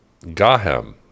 Gaham